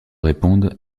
répondent